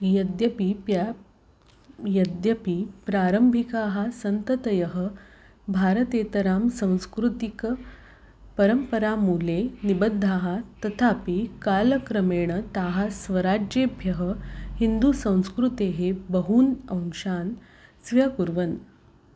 यद्यपि प्या यद्यपि प्रारम्भिकाः सन्ततयः भारतेतरां संस्कृतिकपरम्परामूले निबद्धाः तथापि कालक्रमेण ताः स्वराज्येभ्यः हिन्दूसंस्कृतेः बहून् अंशान् स्व्यकुर्वन्